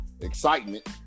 excitement